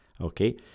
Okay